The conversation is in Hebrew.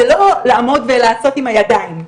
זה לא לעמוד ולעשות עם הידיים.